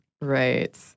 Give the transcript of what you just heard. Right